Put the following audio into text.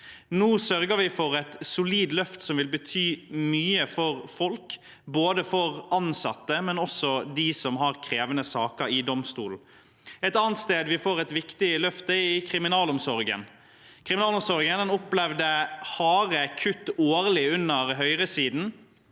Nå sørger vi for et solid løft som vil bety mye for folk, både for ansatte og for dem som har krevende saker i domstolen. Et annet sted vi får et viktig løft, er i kriminalomsorgen. Kriminalomsorgen opplevde årlig harde kutt under høyresiden,